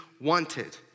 wanted